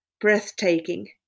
breathtaking